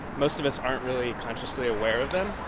most of us aren't really consciously aware of them.